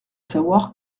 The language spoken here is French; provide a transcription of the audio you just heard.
savoir